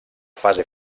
fase